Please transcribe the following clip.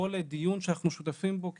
בכל דיון שאנחנו שותפים בו כנציגים,